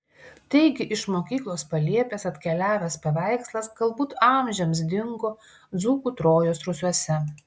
taigi iš mokyklos palėpės atkeliavęs paveikslas galbūt amžiams dingo dzūkų trojos rūsiuose